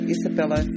Isabella